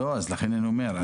לא, לכן אני אומר.